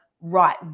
right